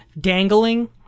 dangling